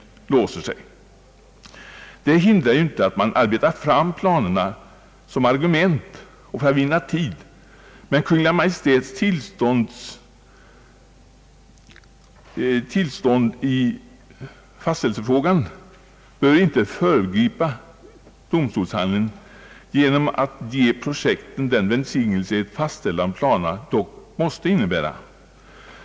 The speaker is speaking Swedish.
Det hindrar ju inte att man arbetar fram planerna som argument och för att vinna tid. Men Kungl. Maj:ts beslut i fastställelsefrågan bör inte föregripa domstolsbehandlingen genom att ge projekten den välsignelse, som ett fastställande av planerna dock måste innehära.